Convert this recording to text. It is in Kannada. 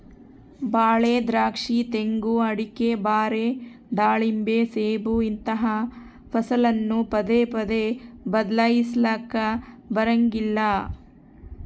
ಬಾಳೆ, ದ್ರಾಕ್ಷಿ, ತೆಂಗು, ಅಡಿಕೆ, ಬಾರೆ, ದಾಳಿಂಬೆ, ಸೇಬು ಇಂತಹ ಫಸಲನ್ನು ಪದೇ ಪದೇ ಬದ್ಲಾಯಿಸಲಾಕ ಬರಂಗಿಲ್ಲ